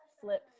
Flip